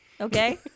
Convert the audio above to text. Okay